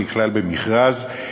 ככלל במכרז,